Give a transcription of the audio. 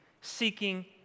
seeking